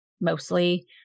mostly